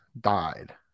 died